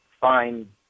find